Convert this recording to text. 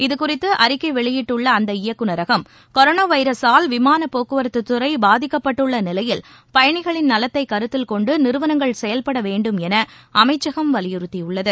இதுகுறித்துஅறிக்கைவெளியிட்டுள்ளஅந்த கொரோனாவைரஸால் இயக்குனரகம் விமானப்போக்குவரத்துதுறைபாதிக்கப்பட்டுள்ளநிலையில் பயணிகளின் நலத்தைகருத்தில் கொண்டுநிறுவனங்கள் செயல்படவேண்டும் எனஅமைச்சகம் வலியுறுத்தியுள்ளது